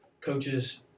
coaches –